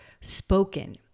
spoken